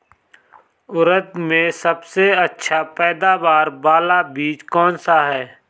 उड़द में सबसे अच्छा पैदावार वाला बीज कौन सा है?